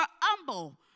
humble